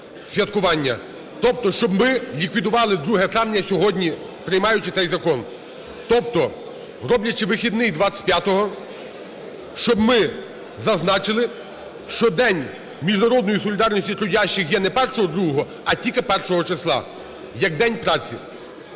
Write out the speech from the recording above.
тобто щоб ми ліквідували 2 травня сьогодні, приймаючи цей закон. Тобто роблячи вихідний 25, щоб ми зазначили, що День міжнародної солідарності трудящих є не 1-2, а тільки 1 числа як День праці.